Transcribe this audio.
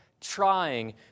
trying